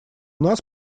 нас